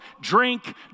drink